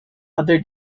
other